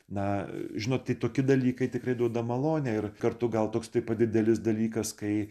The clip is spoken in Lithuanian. na žinottai tokie dalykai tikrai duoda malonę ir kartu gal toks taip pat didelis dalykas kai